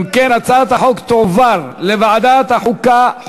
הצעת החוק תועבר לוועדת החוקה,